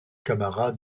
camarades